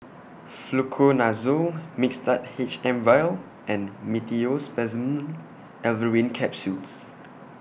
Fluconazole Mixtard H M Vial and Meteospasmyl Alverine Capsules